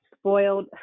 spoiled